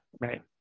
Right